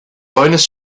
bonus